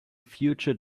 future